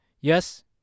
yes